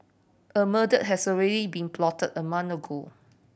a murder has already been plotted a ago